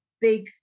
big